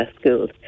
schools